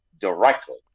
directly